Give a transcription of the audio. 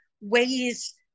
ways